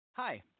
Hi